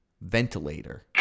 Ventilator